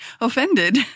offended